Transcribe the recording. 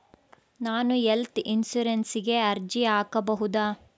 ನಾನು ಹೆಲ್ತ್ ಇನ್ಶೂರೆನ್ಸಿಗೆ ಅರ್ಜಿ ಹಾಕಬಹುದಾ?